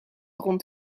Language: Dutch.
rond